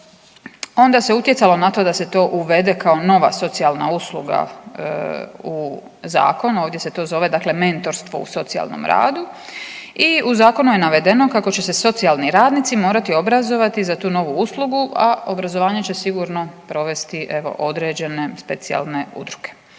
onda se utjecalo na to da se to uvede kao nova socijalna usluga u zakon, ovdje se to zove dakle mentorstvo u socijalnom radu i u zakonu je navedeno kako će se socijalni radnici morati obrazovati za tu novu uslugu, a obrazovanje će sigurno provesti evo određene specijalne udruge.